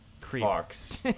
fox